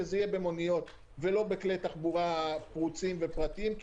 שזה יהיה במוניות ולא בכלי תחבורה פרוצים ופרטיים כי